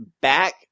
back